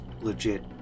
legit